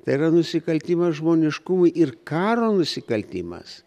tai yra nusikaltimas žmoniškumui ir karo nusikaltimas